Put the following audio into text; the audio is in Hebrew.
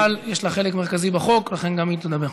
אבל יש לה חלק מרכזי בחוק, ולכן גם היא תדבר.